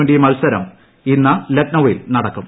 twenty മത്സരം ഇന്ന് ലക്നൌവിൽ നടക്കും